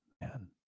Man